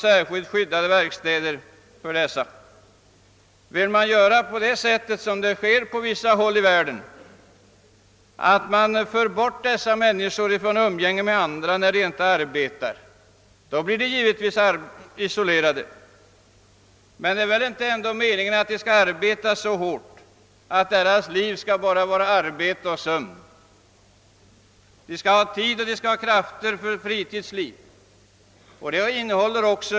Skall vi göra så som man gör på vissa håll i världen, nämligen föra bort dessa människor från umgänge med andra när de inte arbetar? Då blir de givetvis isolerade, men inte är det väl meningen att de skall arbeta så hårt att deras liv endast består av arbete och sömn? De skall ha tid och krafter för fritidsliv.